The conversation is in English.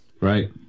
Right